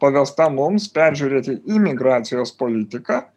pavesta mums peržiūrėti imigracijos politika